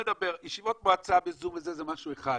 ישיבות מועצה ב-זום, זה משהו אחד.